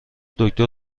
دکتر